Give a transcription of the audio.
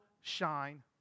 shine